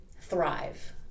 thrive